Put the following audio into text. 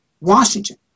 Washington